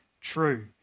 true